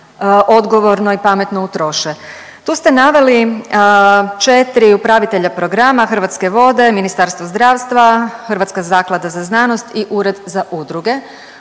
odgovorno i pametno utroše. Tu ste naveli 4 upravitelja programa Hrvatske vode, Ministarstvo zdravstva, Hrvatska zaklada za znanost i Ured za udruge.